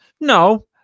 No